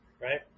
right